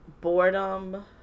boredom